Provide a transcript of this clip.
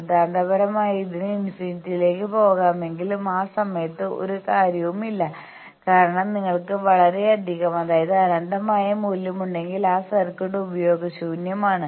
സിദ്ധാന്തപരമായി ഇതിന് ഇൻഫിനിറ്റിയിലേക്ക് പോകാമെങ്കിലും ആ സമയത്ത് ഒരു കാര്യവുമില്ല കാരണം നിങ്ങൾക്ക് വളരെയധികം അതായത് അനന്തമായ മൂല്യം ഉണ്ടെങ്കിൽ ആ സർക്യൂട്ട് ഉപയോഗശൂന്യമാണ്